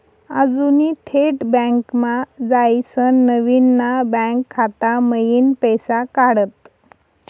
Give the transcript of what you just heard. अनुजनी थेट बँकमा जायसीन नवीन ना बँक खाता मयीन पैसा काढात